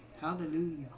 Hallelujah